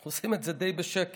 אנחנו עושים את זה די בשקט.